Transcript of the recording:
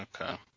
Okay